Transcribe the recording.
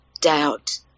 doubt